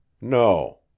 No